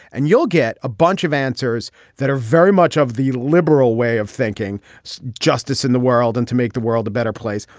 and you'll get a bunch of answers that are very much of the liberal way of thinking so justice in the world and to make the world a better place.